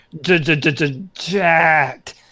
jacked